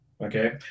okay